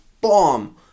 bomb